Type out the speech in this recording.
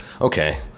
okay